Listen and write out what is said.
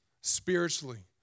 spiritually